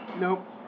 Nope